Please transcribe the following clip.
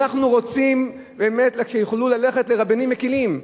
אנחנו רוצים באמת שיוכלו ללכת לרבנים מקלים.